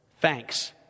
Thanks